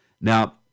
Now